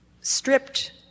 stripped